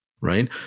right